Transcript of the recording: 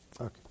Okay